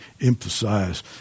emphasize